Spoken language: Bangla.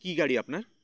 কী গাড়ি আপনার